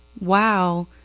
Wow